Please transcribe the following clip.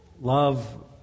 Love